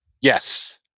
Yes